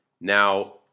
Now